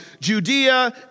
Judea